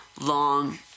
long